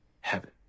heaven